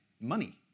Money